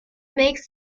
makes